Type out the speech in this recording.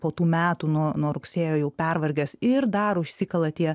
po tų metų nuo nuo rugsėjo jau pervargęs ir dar užsikala tie